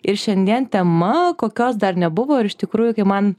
ir šiandien tema kokios dar nebuvo ir iš tikrųjų kai man